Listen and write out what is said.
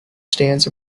stands